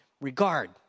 regard